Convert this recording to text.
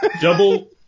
Double